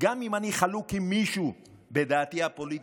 גם אם אני חלוק על מישהו בדעתי הפוליטית,